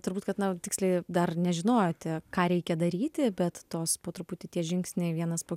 turbūt kad na tiksliai dar nežinojote ką reikia daryti bet tos po truputį tie žingsniai vienas po